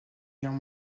guerre